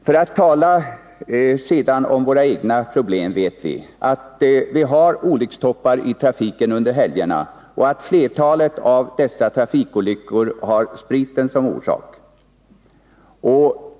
För att sedan tala om våra egna problem vet vi att vi har olyckstoppar i trafiken under helgerna och att flertalet av dessa trafikolyckor har spriten som orsak.